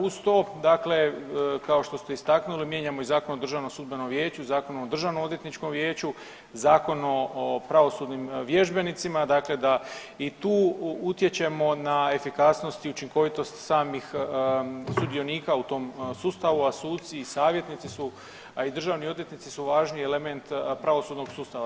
Uz to dakle kao što ste istaknuli mijenjamo i Zakon o Državnom sudbenom vijeću, Zakon o Državnom odvjetničkom vijeću, Zakon o pravosudnim vježbenicima dakle da i tu utječemo na efikasnost i učinkovitost samih sudionika u tom sustavu, a suci i savjetnici su, a i državni odvjetnici su važni element pravosudnog sustava.